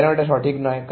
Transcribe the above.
কেন এটা সঠিক নয়